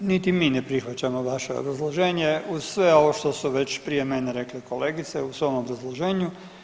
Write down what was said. Pa niti mi ne prihvaćamo vaše obrazloženje uz sve ovo što su već prije mene rekle kolegice u svom obrazloženju.